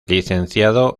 licenciado